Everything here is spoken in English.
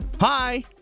Hi